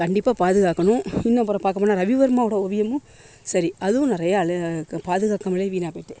கண்டிப்பாக பாதுகாக்கணும் இன்னும் அப்புறோம் பார்க்கப்போனா ரவிவர்மாவோட ஓவியமும் சரி அதுவும் நிறைய பாதுகாக்காமலே வீணாக போய்ட்டு